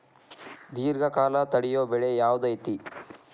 ದೇರ್ಘಕಾಲ ತಡಿಯೋ ಬೆಳೆ ಯಾವ್ದು ಐತಿ?